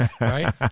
Right